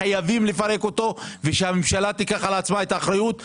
חייבים לפרק אותו ושהממשלה תיקח על עצמה את האחריות,